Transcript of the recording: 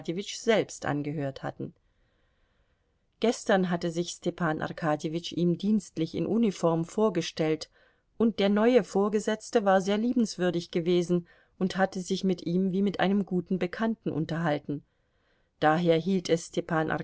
selbst angehört hatten gestern hatte sich stepan arkadjewitsch ihm dienstlich in uniform vorgestellt und der neue vorgesetzte war sehr liebenswürdig gewesen und hatte sich mit ihm wie mit einem guten bekannten unterhalten daher hielt es stepan